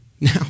Now